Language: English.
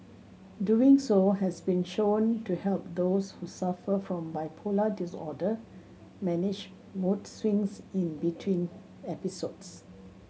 doing so has been shown to help those who suffer from bipolar disorder manage mood swings in between episodes